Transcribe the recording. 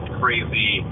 crazy